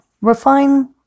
refine